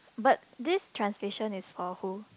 but this translation is for who